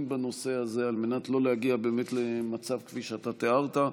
בנושא הזה על מנת שלא להגיע למצב כפי שאתה תיארת,